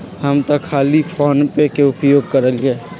हम तऽ खाली फोनेपे के उपयोग करइले